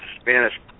Spanish